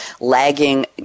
lagging